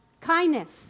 kindness